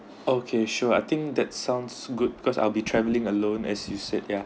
okay sure I think that sounds good cause I'll be travelling alone as you said ya